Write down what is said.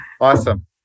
Awesome